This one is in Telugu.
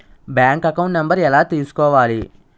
బ్యాంక్ అకౌంట్ నంబర్ ఎలా తీసుకోవాలి?